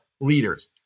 leaders